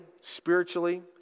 spiritually